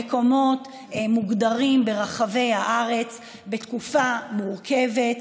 במקומות מוגדרים ברחבי הארץ בתקופה מורכבת,